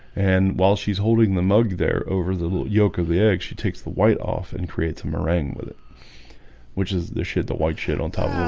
and while she's holding the mug there over the little yolk of the egg she takes the white off and creates a meringue with it which is the shit that white shit on top